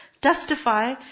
Testify